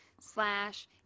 slash